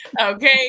Okay